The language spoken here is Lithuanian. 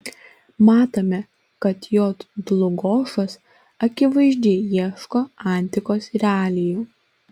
matome kad j dlugošas akivaizdžiai ieško antikos realijų